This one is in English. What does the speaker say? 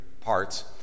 parts